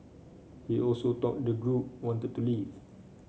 he also thought the group wanted to leave